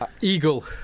Eagle